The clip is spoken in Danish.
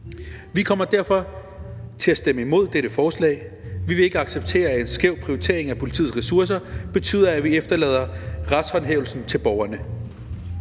Vi kommer derfor til at stemme imod dette forslag. Vi vil ikke acceptere, at en skæv prioritering af politiets ressourcer betyder, at vi efterlader retshåndhævelsen til borgerne.